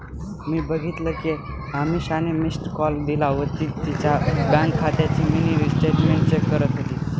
मी बघितल कि अमीषाने मिस्ड कॉल दिला व ती तिच्या बँक खात्याची मिनी स्टेटमेंट चेक करत होती